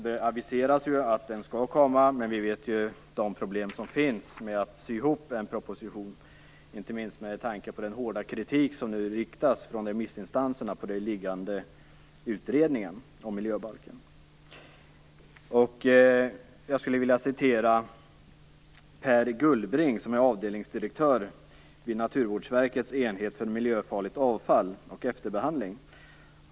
Det aviseras att den skall komma, men vi känner till de problem som finns med att sy ihop en proposition, inte minst med tanke på den hårda kritik som nu riktas från remissinstanserna mot den föreliggande utredningen om miljöbalken. Jag skulle vilja citera Per Gullbring, som är avdelningsdirektör vid Naturvårdsverkets enhet för miljöfarligt avfall och efterbehandling.